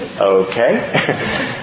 okay